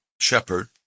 shepherd